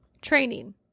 Training